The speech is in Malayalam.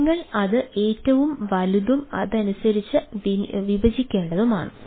അതിനാൽ നിങ്ങൾ അത് ഏറ്റവും വലുതും അതിനനുസരിച്ച് വിഭജിക്കേണ്ടതുണ്ട്